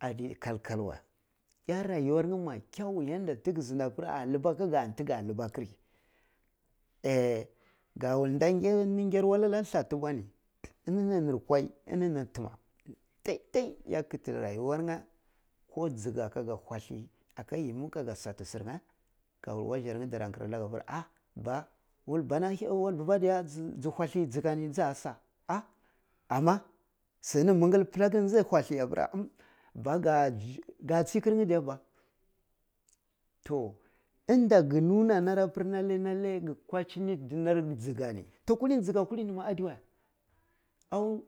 Adi kal-kal wey iya rayuwar nye mai kiyau yanda ti gi zindi apir ah liba aka ga an ti ga liba kiri a ga und ndi gyari walle ana nla tu bwa ni ininini nir kwaiyi ininini nir tima, dai dai iya kiti rayuwar nje koh jig aka ga walliyi aka yimi aka sati sir nye ke wul wasar nje dana kira nla ga pir ba wul bana ji walli jiga ni ti ja sa’a ah amma sini mingil bilik ni ti ji walli ni uhm b aka chi kir nye diye bat oh nda gi nu na nar apir nlale lale ki kwa jinni dinar jiga nit oh kulini jiga kulin ma adi weh awn